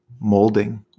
molding